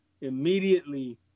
immediately